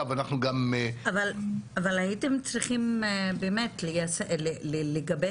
הייתם צריכים להגיש